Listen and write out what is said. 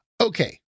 Okay